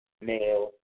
male